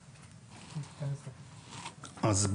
אז,